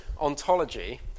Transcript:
ontology